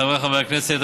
חבריי חברי הכנסת,